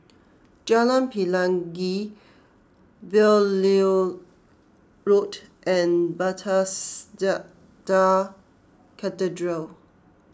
Jalan Pelangi Beaulieu Road and Bethesda Cathedral